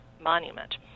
monument